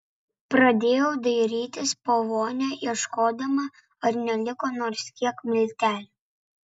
pradėjau dairytis po vonią ieškodama ar neliko nors kiek miltelių